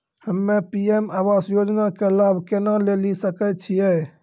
हम्मे पी.एम आवास योजना के लाभ केना लेली सकै छियै?